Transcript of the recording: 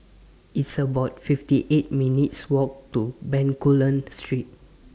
It's about fifty eight minutes' Walk to Bencoolen Street